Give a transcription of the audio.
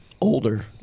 older